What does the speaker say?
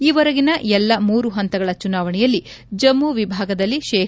ಈವರೆಗಿನ ಎಲ್ಲ ಮೂರೂ ಪಂತಗಳ ಚುನಾವಣೆಯಲ್ಲಿ ಜಮ್ಮ ವಿಭಾಗದಲ್ಲಿ ಶೇ